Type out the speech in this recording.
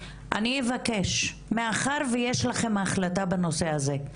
אבקש מאחר ויש לכם החלטה בנושא הזה,